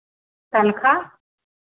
तनख्वाह